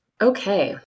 Okay